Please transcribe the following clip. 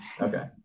okay